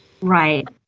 right